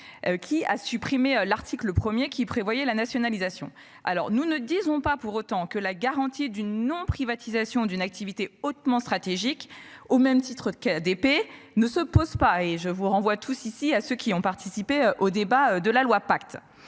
Qui a supprimé l'article 1er qui prévoyait la nationalisation. Alors nous ne disons pas pour autant que la garantie d'une non privatisation d'une activité hautement stratégique au même titre qu'ADP ne se pose pas et je vous renvoie tous ici à ceux qui ont participé au débat de la loi pacte